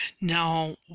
Now